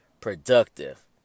productive